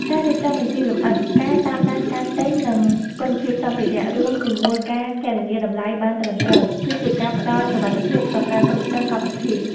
ការរៀបចំបញ្ជីលម្អិត ការតាមដានការទិញ និងគុណភាពសំភារៈ រួមជាមួយការគណនាតម្លៃបានត្រឹមត្រូវ គឺជាការផ្ដល់សុវត្ថិភាពក្នុងការគ្រប់គ្រងកម្មវិធី។